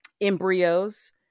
embryos